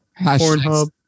Pornhub